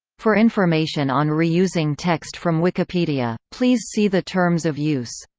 for information on reusing text from wikipedia, please see the terms of use